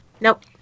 Nope